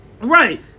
right